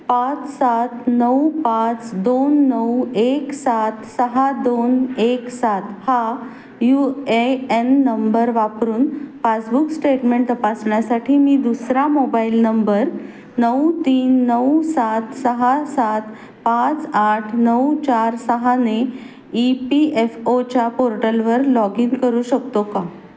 पाच सात नऊ पाच दोन नऊ एक सात सहा दोन एक सात हा यू ए एन नंबर वापरून पासबुक स्टेटमेंट तपासण्यासाठी मी दुसरा मोबाईल नंबर नऊ तीन नऊ सात सहा सात पाच आठ नऊ चार सहाने ई पी एफ ओच्या पोर्टलवर लॉग इन करू शकतो का